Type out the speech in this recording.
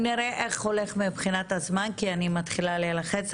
אני אראה איך הולך מבחינת הזמן כי אני מתחילה להילחץ.